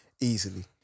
easily